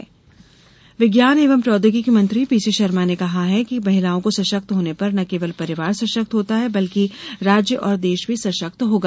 महिला सम्मेलन विज्ञान एवं प्रौदयोगिकी मंत्री पीसी शर्मा ने कहा है कि महिलाओं के सशक्त होने पर न केवल परिवार सशक्त होता है बल्कि राज्य और देश भी सशक्त होगा